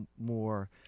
more